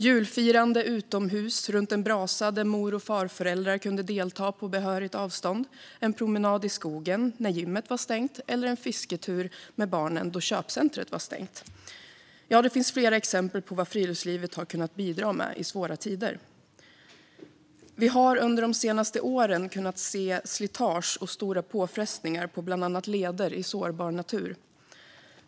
Julfirande utomhus runt en brasa, där mor och farföräldrar kunde delta på behörigt avstånd, en promenad i skogen när gymmet var stängt eller en fisketur med barnen då köpcentret var stängt - ja, det finns flera exempel på vad friluftslivet har kunnat bidra med i svåra tider. Vi har under de senaste åren kunnat se slitage och stora påfrestningar på bland annat leder i sårbar natur.